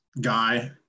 guy